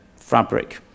fabric